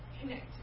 connect